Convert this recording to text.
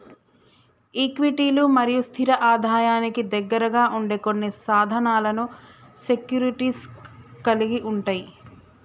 ఈక్విటీలు మరియు స్థిర ఆదాయానికి దగ్గరగా ఉండే కొన్ని సాధనాలను సెక్యూరిటీస్ కలిగి ఉంటయ్